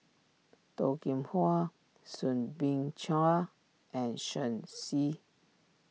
Toh Kim Hwa Soo Bin Chua and Shen Xi